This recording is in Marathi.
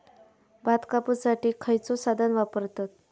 भात कापुसाठी खैयचो साधन वापरतत?